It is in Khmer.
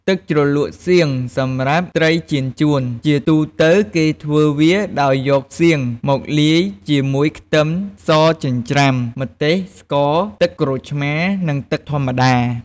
ទឹកជ្រលក់សៀងសម្រាប់ត្រីចៀនចួន ជាទូទៅគេធ្វើវា ដោយយកសៀងមកលាយជាមួយខ្ទឹមសចិញ្ច្រាំ ម្ទេស ស្ករ ទឹកក្រូចឆ្មារ និងទឹកធម្មតា។